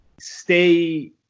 stay